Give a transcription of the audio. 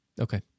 Okay